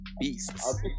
beasts